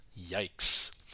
Yikes